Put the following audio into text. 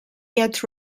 get